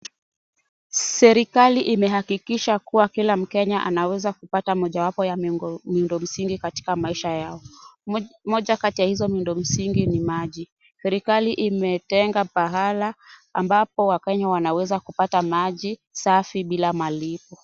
Serekali imehakikisha kuwa kila mmoja amepata miundo msingi katika maisha yao moja kati ya hiyo miondo msingi ni maji serekali imetenha pahala ambapo Wakenya wana weza pata maji safi bila malipo.